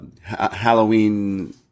Halloween